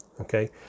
okay